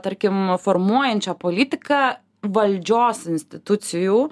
tarkim formuojančią politiką valdžios institucijų